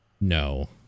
No